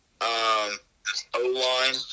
O-line